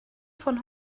von